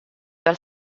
dal